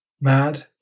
mad